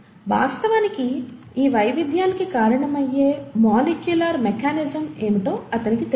వాస్తవానికి ఈ వైవిధ్యానికి కారణమయ్యే మాలిక్యులార్ మెకానిజం ఏమిటో అతనికి తెలియదు